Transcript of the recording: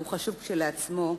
שהוא חשוב כשלעצמו,